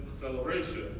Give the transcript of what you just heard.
celebration